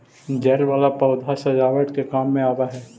जल वाला पौधा सजावट के काम भी आवऽ हई